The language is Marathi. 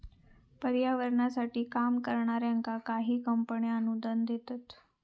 पर्यावरणासाठी काम करणाऱ्यांका काही कंपने अनुदान देतत